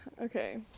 Okay